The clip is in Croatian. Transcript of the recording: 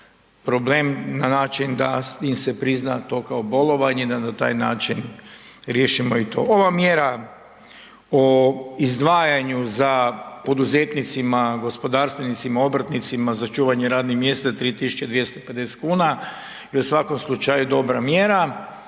problem na način da im se prizna to kao bolovanje da na taj način riješimo i to. Ova mjera o izdvajanju za poduzetnicima, gospodarstvenicima, obrtnicima za čuvanje radnih mjesta 3.250 kuna je u svakom slučaju dobra mjera.